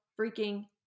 freaking